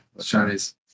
Chinese